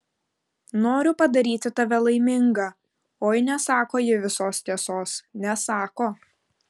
noriu padaryti tave laimingą oi nesako ji visos tiesos nesako